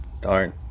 darn